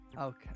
Okay